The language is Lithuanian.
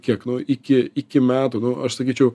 kiek nu iki iki metų nu aš sakyčiau